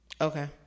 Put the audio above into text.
Okay